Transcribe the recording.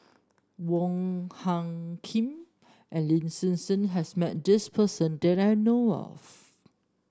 Wong Hung Khim and Lin Hsin Hsin has met this person that I know of